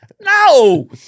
No